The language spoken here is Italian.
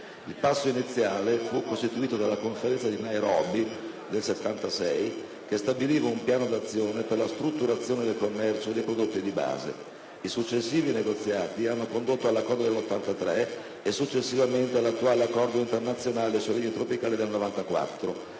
Il passo iniziale fu costituito dalla Conferenza di Nairobi del 1976, che stabiliva un piano d'azione per la strutturazione del commercio dei prodotti di base. I successivi negoziati hanno condotto all'Accordo del 1983 e, successivamente, all'attuale Accordo internazionale sui legni tropicali del 1994,